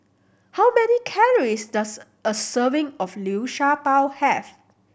how many calories does a serving of Liu Sha Bao have